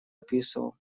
описывал